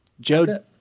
Joe